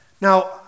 Now